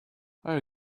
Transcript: are